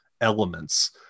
elements